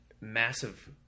massive